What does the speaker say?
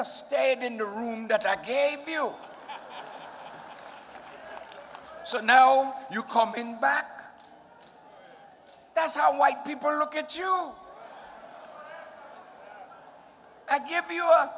just stayed in the room that i gave you so no you comin back that's how white people look at you i give you